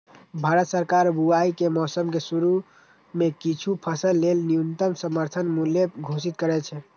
भारत सरकार बुआइ के मौसम के शुरू मे किछु फसल लेल न्यूनतम समर्थन मूल्य घोषित करै छै